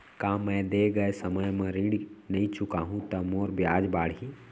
का मैं दे गए समय म ऋण नई चुकाहूँ त मोर ब्याज बाड़ही?